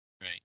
Right